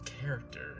character